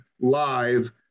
live